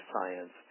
science